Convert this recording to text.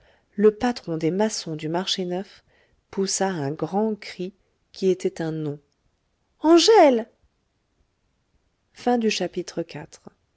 le patron des maçons du marché neuf poussa un grand cri qui était un nom angèle